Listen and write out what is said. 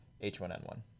H1N1